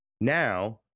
Now